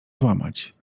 złamać